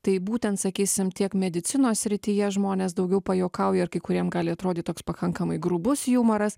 tai būtent sakysim tiek medicinos srityje žmonės daugiau pajuokauja ir kai kuriem gali atrodyt toks pakankamai grubus jumoras